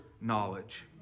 knowledge